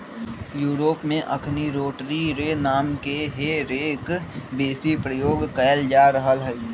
Europe में अखनि rotary रे नामके हे रेक बेशी प्रयोग कएल जा रहल हइ